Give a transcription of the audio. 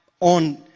on